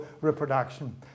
reproduction